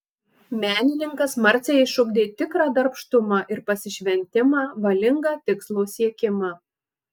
menininkas marcei išugdė tikrą darbštumą ir pasišventimą valingą tikslo siekimą